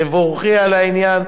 תבורכי על העניין.